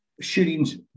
Shootings